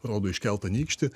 rodo iškeltą nykštį